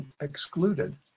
excluded